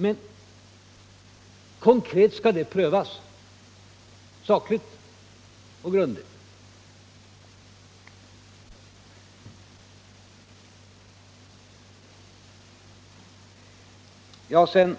Men konkret skall det prövas, sakligt och grundligt. Sedan